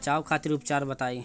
बचाव खातिर उपचार बताई?